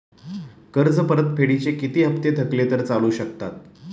कर्ज परतफेडीचे किती हप्ते थकले तर चालू शकतात?